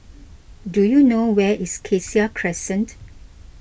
do you know where is Cassia Crescent